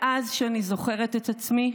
מאז שאני זוכרת את עצמי,